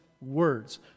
words